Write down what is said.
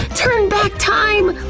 turn back time!